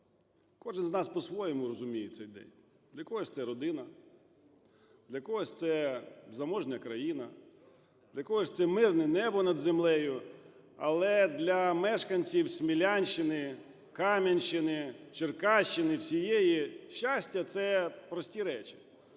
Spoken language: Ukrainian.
Кожен з нас по-своєму розуміє цей день. Для когось це – родина, для когось це – заможна країна, для когось це – мирне небо над землею. Але для мешканців Смілянщини, Кам'янщини, Черкащини всієї щастя – це прості речі.